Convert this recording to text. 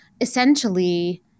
essentially